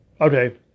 Okay